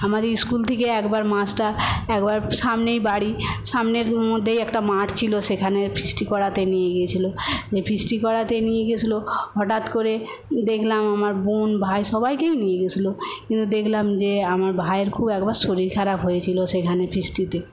আমার স্কুল থেকে একবার মাস্টার একবার সামনেই বাড়ি সামনের মধ্যেই একটা মাঠ ছিল সেখানে ফিস্ট করাতে নিয়ে গিয়েছিল ফিস্ট করাতে নিয়ে গিয়েছিল হঠাৎ করে দেখলাম আমার বোন ভাই সবাইকেই নিয়ে গিয়েছিল কিন্তু দেখলাম যে আমার ভাইয়ের খুব একবার শরীর খারাপ হয়েছিল সেখানে ফিস্টতে